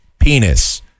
penis